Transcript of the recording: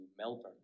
Melbourne